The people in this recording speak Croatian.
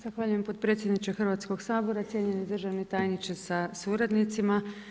Zahvaljujem potpredsjedniče Hrvatskoga sabora, cijenjeni državni tajniče sa suradnicima.